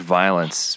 violence